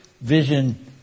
vision